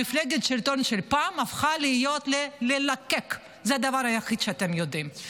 מפלגת השלטון של פעם הפכה ל"ללקק" זה הדבר היחיד שאתם יודעים.